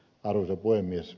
arvoisa puhemies